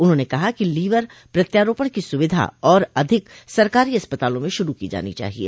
उन्होंने कहा कि लीवर प्रत्यारोपण को स्विधा और अधिक सरकारी अस्पतालों में शुरू की जानी चाहिए